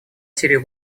сирию